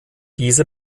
diese